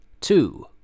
two